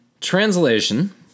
Translation